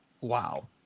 Wow